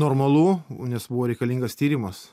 normalu nes buvo reikalingas tyrimas